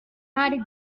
mighty